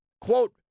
quote